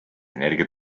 energia